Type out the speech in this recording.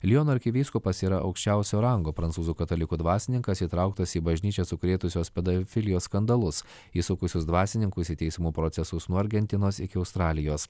liono arkivyskupas yra aukščiausio rango prancūzų katalikų dvasininkas įtrauktas į bažnyčią sukrėtusios pedofilijos skandalus įsukusius dvasininkus į teismų procesus nuo argentinos iki australijos